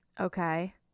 Okay